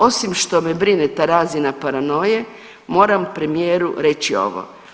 Osim što me brine ta razina paranoje moram premijeru reći ovo.